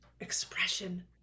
expression